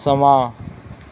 ਸਮਾਂ